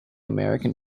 american